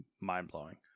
Mind-blowing